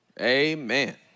Amen